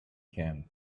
camp